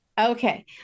Okay